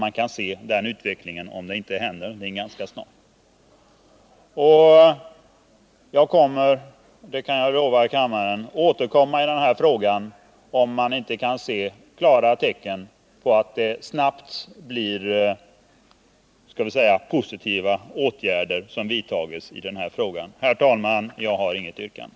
Man kan se den utvecklingen, om ingenting händer snart. Jag lovar kammaren att jag skall återkomma i denna fråga, om inte positiva åtgärder snabbt vidtas. Herr talman! Jag har inget yrkande.